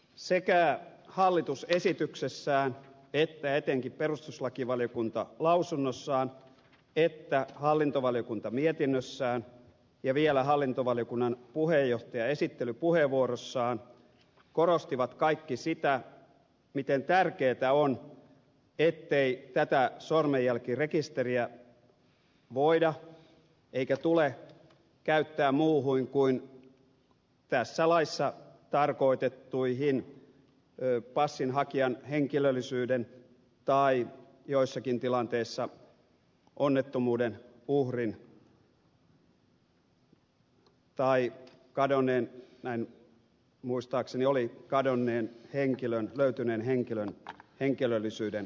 sekä hallitus esityksessään että etenkin perustuslakivaliokunta lausunnossaan että hallintovaliokunta mietinnössään ja vielä hallintovaliokunnan puheenjohtaja esittelypuheenvuorossaan korostivat kaikki sitä miten tärkeätä on ettei tätä sormenjälkirekisteriä voida eikä tule käyttää muuhun kuin tässä laissa tarkoitettuihin passinhakijan henkilöllisyyden tai joissakin tilanteissa onnettomuuden uhrin tai kadonneen näin muistaakseni oli kadonneen henkilön löytyneen henkilön henkilöllisyyden tunnistamiseen